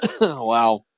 Wow